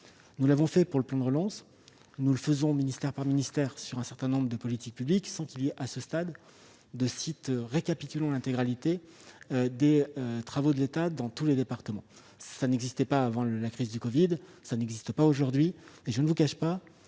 Nous l'avons fait pour le plan de relance. Nous le faisons ministère par ministère sur un certain nombre de politiques publiques, même s'il n'y a pas pour l'instant de site récapitulant l'intégralité des travaux de l'État dans tous les départements. Cela n'existait pas avant la crise du covid et c'est toujours le cas